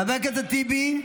חבר הכנסת טיבי,